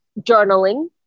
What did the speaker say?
journaling